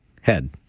head